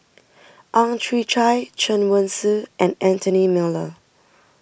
Ang Chwee Chai Chen Wen Hsi and Anthony Miller